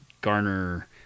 garner